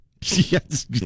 Yes